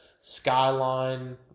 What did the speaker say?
Skyline